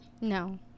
No